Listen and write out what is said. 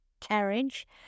carriage